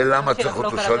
ולמה צריך אותו?